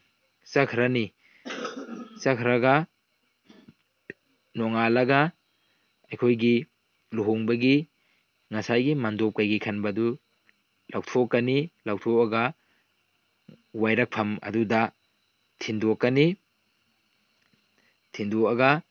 ꯆꯠꯈ꯭ꯔꯅꯤ ꯆꯠꯈ꯭ꯔꯒ ꯅꯣꯡꯉꯥꯜꯂꯒ ꯑꯩꯈꯣꯏꯒꯤ ꯂꯨꯍꯣꯡꯕꯒꯤ ꯉꯁꯥꯏꯒꯤ ꯃꯥꯟꯗꯣꯞ ꯀꯩꯀꯩ ꯈꯟꯕꯗꯨ ꯂꯧꯊꯣꯛꯀꯅꯤ ꯂꯧꯊꯣꯛꯑꯒ ꯋꯥꯏꯔꯛꯐꯝ ꯑꯗꯨꯗ ꯊꯤꯟꯗꯣꯛꯀꯅꯤ ꯊꯤꯟꯗꯣꯛꯑꯒ